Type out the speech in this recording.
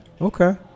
Okay